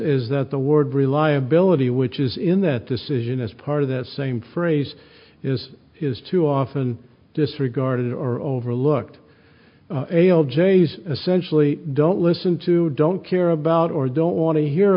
is that the word reliability which is in that decision as part of that same phrase is is too often disregarded or overlooked ale j s essentially don't listen to don't care about or don't want to hear